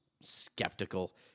skeptical